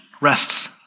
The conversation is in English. rests